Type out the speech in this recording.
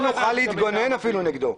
אפילו לא נוכל להתגונן נגדו.